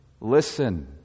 Listen